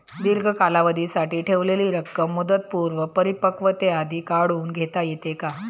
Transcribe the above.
दीर्घ कालावधीसाठी ठेवलेली रक्कम मुदतपूर्व परिपक्वतेआधी काढून घेता येते का?